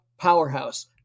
powerhouse